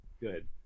Good